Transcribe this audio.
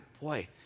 boy